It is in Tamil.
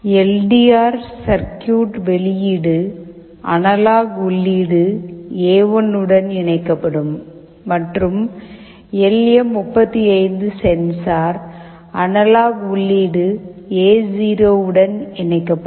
எல் டி ஆர் சர்கியூட் வெளியீடு அனலாக் உள்ளீடு எ1 உடன் இணைக்கப்படும் மற்றும் எல் எம் 35 சென்சார் அனலாக் உள்ளீடு எ0 உடன் இணைக்கப்படும்